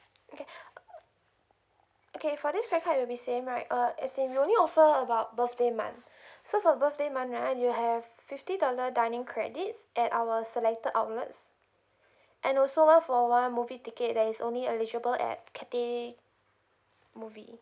okay okay for this credit card will be same right uh as in we only offer about birthday month so for birthday month right you'll have fifty dollar dining credits at our selected outlets and also one for one movie ticket there is only eligible at cathay movie